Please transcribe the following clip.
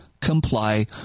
comply